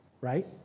right